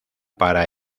para